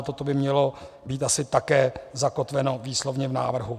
Toto by mělo být asi také zakotveno výslovně v návrhu.